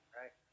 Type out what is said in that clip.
right